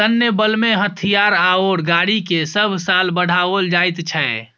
सैन्य बलमें हथियार आओर गाड़ीकेँ सभ साल बढ़ाओल जाइत छै